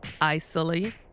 icily